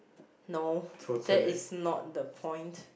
no that is not the point